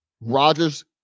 Rodgers